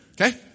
Okay